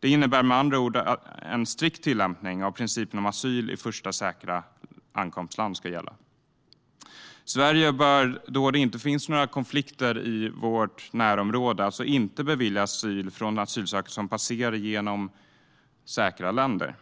Det innebär med andra ord att en strikt tillämpning av principen om asyl i första säkra ankomstland ska gälla. Sverige bör, då det inte finns några konflikter i vårt närområde, alltså inte bevilja asyl för asylsökande som passerar genom säkra länder.